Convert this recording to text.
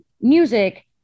music